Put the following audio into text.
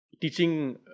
teaching